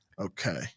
Okay